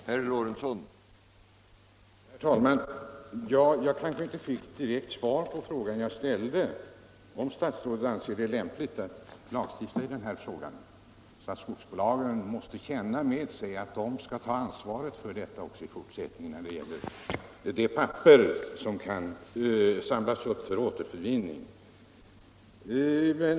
Herr talman! Jag fick inte något direkt svar på den fråga jag ställde, nämligen om statsrådet Lundkvist anser det lämpligt att lagstifta i denna angelägenhet, så att skogsbolagen måste känna med sig att de skall ta ansvaret också i fortsättningen när det gäller det papper som kan samlas upp för återvinning.